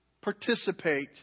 participate